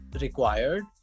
required